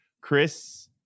Chris